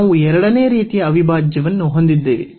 ನಾವು ಎರಡನೇ ರೀತಿಯ ಅವಿಭಾಜ್ಯವನ್ನು ಹೊಂದಿದ್ದೇವೆ